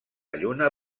lluna